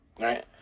Right